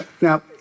Now